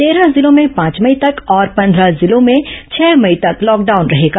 तेरह जिलों में पांच मई तक और पंद्रह जिलों में छह मई तक लॉकडाउन रहेगा